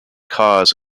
cause